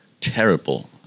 terrible